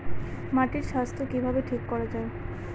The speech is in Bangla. মাটির স্বাস্থ্য কিভাবে ঠিক রাখা যায়?